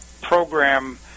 program